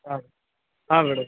ಹಾಂ ಹಾಂ ಮೇಡಮ್